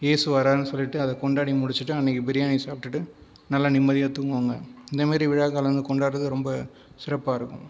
இயேசு வரார்ன்னு சொல்லிட்டு அதை கொண்டாடி முடிச்சுட்டு அன்றைக்கு பிரியாணி சாப்பிட்டுவிட்டு நல்லா நிம்மதியாக தூங்குவாங்க இந்த மாதிரி விழாக்காலங்கெல்லாம் கொண்டாடுகிறது ரொம்ப சிறப்பாக இருக்கும்